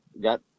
got